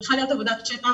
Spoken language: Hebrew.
צריכה להיות עבודת שטח.